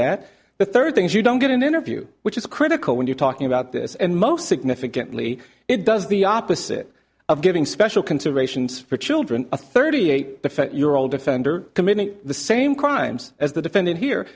that the third thing is you don't get an interview which is critical when you're talking about this and most significantly it does the opposite of giving special considerations for children a thirty eight year old offender committing the same crimes as the defendant here